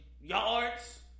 yards